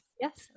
yes